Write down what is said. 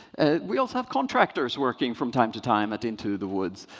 we also have contractors working from time to time at into the woods.